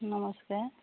ନମସ୍କାର